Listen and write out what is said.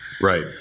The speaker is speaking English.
Right